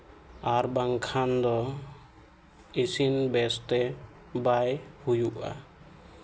ᱟᱨ ᱵᱟᱝᱠᱷᱟᱱ ᱫᱚ ᱤᱥᱤᱱ ᱵᱮᱥᱛᱮ ᱵᱟᱭ ᱦᱩᱭᱩᱜᱼᱟ